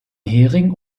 hering